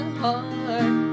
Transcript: heart